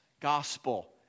gospel